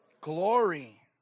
Glory